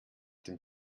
den